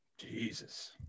Jesus